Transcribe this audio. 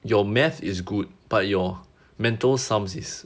your math is good but your mental sums is